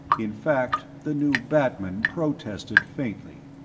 in fact, the new batman protested faintly.